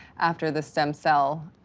after the stem cell